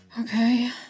Okay